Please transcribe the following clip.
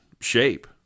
shape